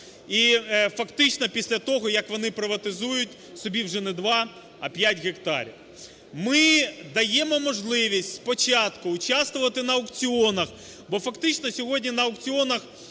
і фактично після того, як вони приватизують собі вже не два, а п'ять гектарів. Ми даємо можливість спочатку участвувати на аукціонах, бо фактично сьогодні на аукціонах